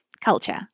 culture